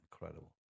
incredible